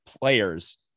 players